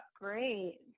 great